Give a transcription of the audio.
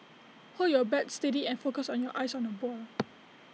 hold your bat steady and focus on your eyes on the ball